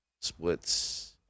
splits